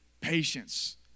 patience